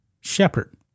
Shepherd